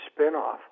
spinoff